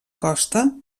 costa